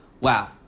wow